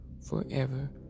forever